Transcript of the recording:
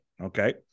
okay